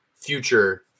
future